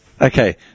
Okay